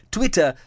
Twitter